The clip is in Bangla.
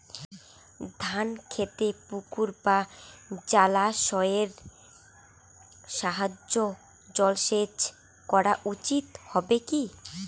ধান খেতে পুকুর বা জলাশয়ের সাহায্যে জলসেচ করা উচিৎ হবে কি?